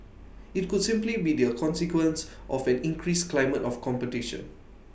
IT could simply be the consequence of an increased climate of competition